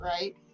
right